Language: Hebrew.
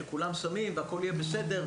שכולם שמים שהכל יהיה בסדר,